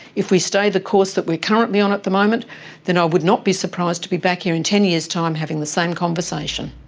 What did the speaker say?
if we stay the course that we're currently on at the moment then i would not be surprised to be back here in ten years' time having the same conversation.